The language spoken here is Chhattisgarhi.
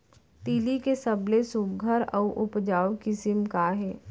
तिलि के सबले सुघ्घर अऊ उपजाऊ किसिम का हे?